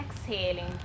exhaling